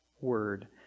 Word